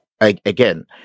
again